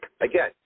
again